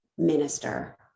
minister